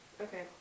Okay